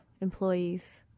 employees